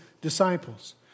disciples